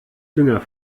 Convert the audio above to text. dünger